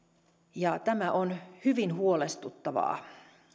ja tämä on hyvin huolestuttavaa